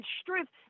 strength